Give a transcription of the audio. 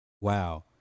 Wow